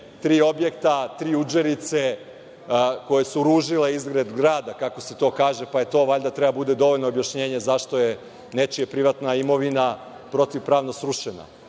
tri objekta, tri udžerice koje su ružile izgled grada, kako se to kaže, pa to valjda treba da bude dovoljno objašnjenje zašto je nečija privatna imovina protivpravno srušena.